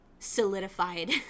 Solidified